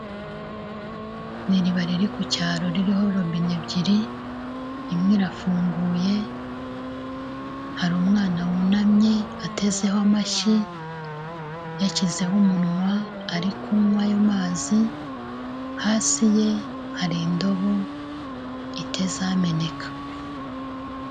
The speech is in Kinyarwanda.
Ni iriba riri ku cyaro ririho robine ebyiri, imwe irafunguye, hari umwana wunamye atezeho amashyi yashyizeho umunwa ari kunywayo mazi, hasi ye hari indobo itaze ameneka.